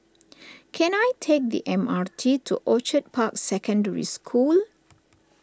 can I take the M R T to Orchid Park Secondary School